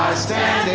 stand